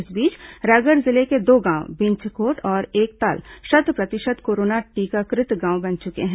इस बीच रायगढ़ जिले के दो गांव बिंझकोट और एकताल शत प्रतिशत कोरोना टीकाकृत गांव बन चुके हैं